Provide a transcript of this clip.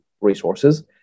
resources